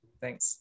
thanks